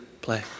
play